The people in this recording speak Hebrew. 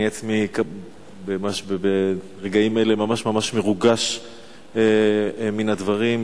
אני עצמי ממש ברגעים אלה מרוגש מן הדברים,